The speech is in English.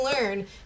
learn